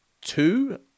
two